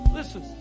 listen